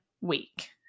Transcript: week